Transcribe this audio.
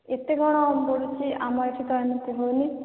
ଏତେ କ'ଣ ବଢ଼ିଛି ଆମ ଏଠି ତ ଏମିତି ହେଉନି